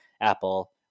Apple